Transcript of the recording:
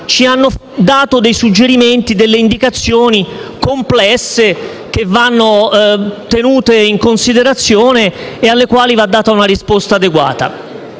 hanno dato dei suggerimenti e delle indicazioni complesse, che vanno tenute in considerazione e a cui va data una risposta adeguata.